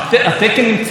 מה מונע ממנו?